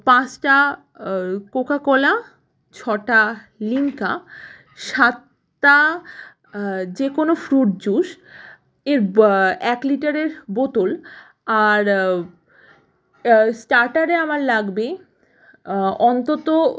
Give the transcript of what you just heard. পাঁচটা কোকাকোলা ছটা লিমকা সাতটা যে কোনো ফ্রুট জুস এর এক লিটারের বোতল আর স্টার্টারে আমার লাগবে অন্তত